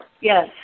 Yes